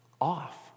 off